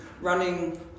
running